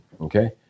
okay